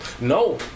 No